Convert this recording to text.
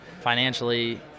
financially